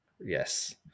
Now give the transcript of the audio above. Yes